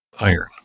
iron